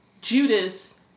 Judas